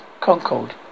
Concord